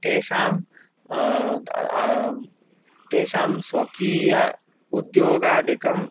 तेषां तेषां स्वकीय उद्योगादिकम्